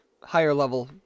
higher-level